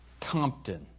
Compton